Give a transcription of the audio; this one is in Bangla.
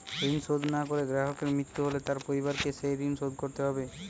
ঋণ শোধ না করে গ্রাহকের মৃত্যু হলে তার পরিবারকে সেই ঋণ শোধ করতে হবে?